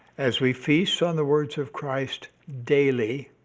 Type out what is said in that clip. as we feast on the words of christ daily,